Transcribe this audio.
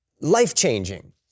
life-changing